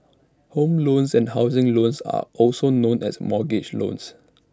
home loans and housing loans are also known as mortgage loans